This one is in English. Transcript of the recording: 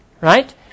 Right